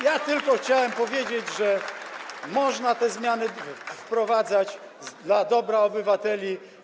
Ja tylko chciałem powiedzieć, że można zmiany wprowadzać dla dobra obywateli.